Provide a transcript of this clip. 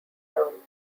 term